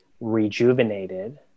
rejuvenated